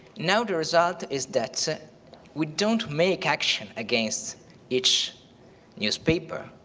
now the result is that we don't make action against each newspaper,